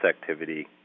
activity